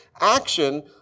action